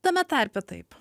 tame tarpe taip